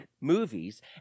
movies